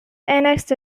annexed